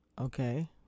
okay